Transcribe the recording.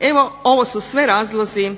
Evo ovo su sve razlozi